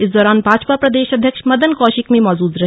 इस दौरान भाजपा प्रदेश अध्यक्ष मदन कौशिक भी मौजूद रहे